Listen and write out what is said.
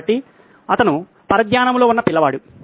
కాబట్టి అతను పరధ్యానంలో ఉన్న పిల్లవాడు